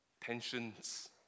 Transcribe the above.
Tensions